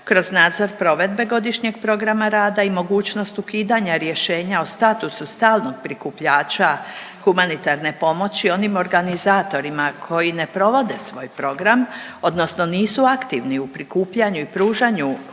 Kroz nadzor provedbe godišnjeg programa rada i mogućnost ukidanja rješenja o statusu stalnog prikupljača humanitarne pomoći onim organizatorima koji ne provode svoj program odnosno nisu aktivni u prikupljanju i pružanju